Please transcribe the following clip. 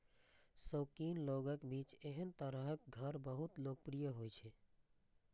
शौकीन लोगक बीच एहन तरहक घर बहुत लोकप्रिय होइ छै